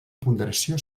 ponderació